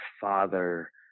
father